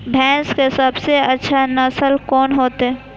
भैंस के सबसे अच्छा नस्ल कोन होते?